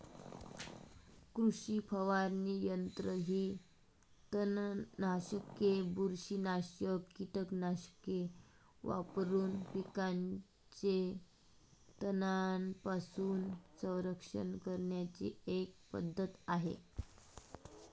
कृषी फवारणी यंत्र ही तणनाशके, बुरशीनाशक कीटकनाशके वापरून पिकांचे तणांपासून संरक्षण करण्याची एक पद्धत आहे